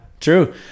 true